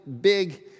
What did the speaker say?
big